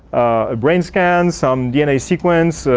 ah brain scan, some dna sequence,